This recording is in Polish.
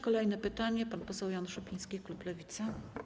Kolejne pytanie, pan poseł Jan Szopiński, klub Lewica.